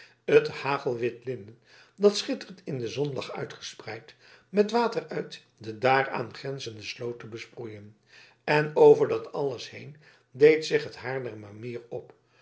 het hagelwit linnen dat schitterend in de zon lag uitgespreid met water uit de daaraan grenzende sloot te besproeien en over dat alles heen deed zich het haarlemmermeer op